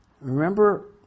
Remember